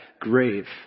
grave